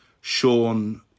Sean